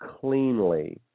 cleanly